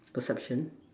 perception